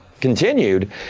continued